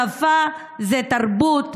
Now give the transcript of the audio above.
שפה זה תרבות,